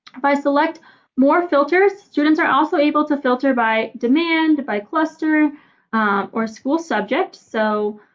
if i select more filters students are also able to filter by demand, by cluster or school subject. so